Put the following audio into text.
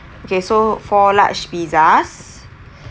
okay so four large pizzas